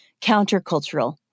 countercultural